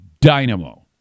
dynamo